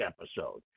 episode